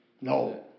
No